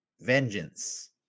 vengeance